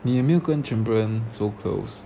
你也没有跟全部人 so close